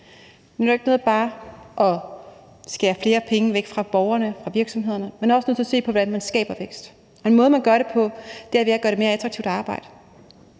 nytter ikke noget bare at skære flere penge væk fra borgerne og virksomhederne. Man er også nødt til at se på, hvordan man skaber vækst. Og måden, man gør det på, er ved at gøre det mere attraktivt at arbejde,